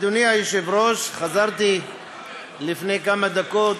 אדוני היושב-ראש, חזרתי לפני כמה דקות